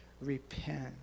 repent